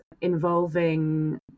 involving